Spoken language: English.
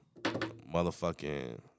motherfucking